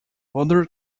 further